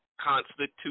constitution